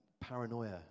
paranoia